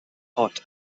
hot